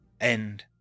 End